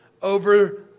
Over